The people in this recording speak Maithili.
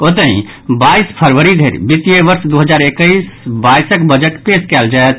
ओतहि बाईस फरवरी धरि वित्तीय वर्ष दू हजार एक्कैस बाईसक बजट पेश कयल जायत